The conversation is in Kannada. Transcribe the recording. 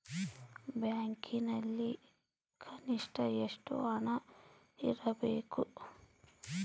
ಬ್ಯಾಂಕಿನಲ್ಲಿ ಕನಿಷ್ಟ ಎಷ್ಟು ಹಣ ಇಡಬೇಕು?